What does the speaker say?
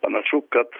panašu kad